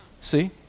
See